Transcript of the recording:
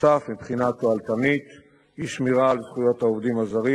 היתה ברירה מעשית,